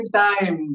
time